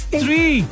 three